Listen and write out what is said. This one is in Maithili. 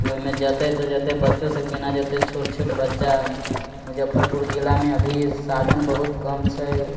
की ओइमऽ जतै त जतै बच्चो सब केना जेतै छोट छोट बच्चा मुजफ्फरपुर जिला मे अभी साधन बहुत कम छै